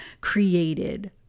created